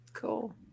Cool